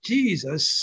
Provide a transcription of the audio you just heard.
Jesus